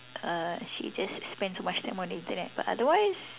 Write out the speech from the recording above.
uh she just spends too much time on the Internet but otherwise